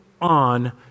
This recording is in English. on